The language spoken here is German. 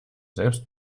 selbst